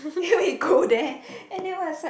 then we go there and that what is like